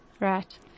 Right